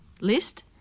list